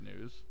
news